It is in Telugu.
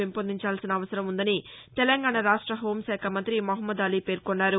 పెంపొందించార్సిన అవసరం ఉందని తెలంగాణా రాష్ట హోంశాఖ మంతి మహమూద్ అలీ పేర్కొన్నారు